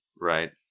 Right